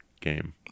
game